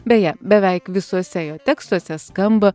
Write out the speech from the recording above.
beje beveik visuose jo tekstuose skamba